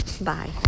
Bye